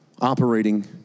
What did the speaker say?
operating